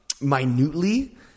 minutely